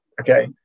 okay